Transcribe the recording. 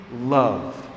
love